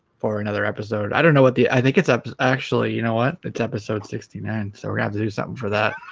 for another episode i don't know what the i think it's up you you know what it's episode sixty nine, so we have to do something for that